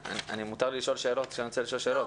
אבל מותר לי לשאול שאלות כשאני רוצה לשאול שאלות.